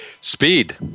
Speed